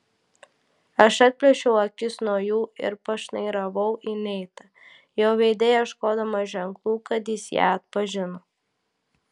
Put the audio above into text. aš atplėšiau akis nuo jų ir pašnairavau į neitą jo veide ieškodama ženklų kad jis ją atpažino